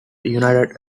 united